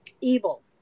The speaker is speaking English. evil